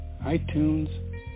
iTunes